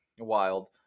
wild